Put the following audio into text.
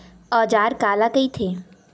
औजार काला कइथे?